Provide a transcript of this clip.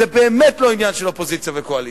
זה באמת לא עניין של אופוזיציה וקואליציה.